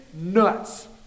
nuts